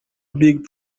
big